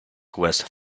west